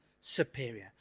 superior